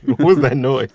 was that noise?